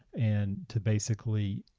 and to basically.